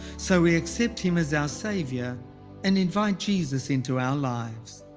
so we accept him as our saviour and invite jesus into our lives.